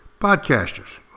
Podcasters